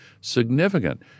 significant